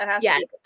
Yes